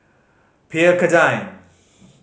Pierre Cardin